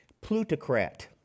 plutocrat